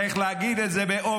צריך להגיד את זה באומץ: